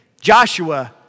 Joshua